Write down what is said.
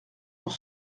pour